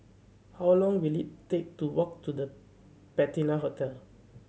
how long will it take to walk to The Patina Hotel